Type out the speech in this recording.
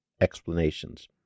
explanations